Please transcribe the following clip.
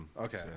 Okay